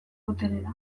boterera